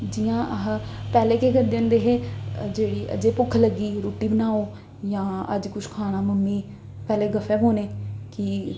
जि'यां अह् पैह्लें केह् करदे होंदे हे जेह्ड़ी जे भुक्ख लग्गी रुट्टी बनाओ जां अज्ज कुछ खाना मम्मी पैह्लें गफ्फे पौने कि